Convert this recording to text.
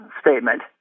statement